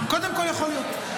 קודם כול, יכול להיות.